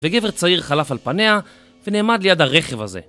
וגבר צעיר חלף על פניה ונעמד ליד הרכב הזה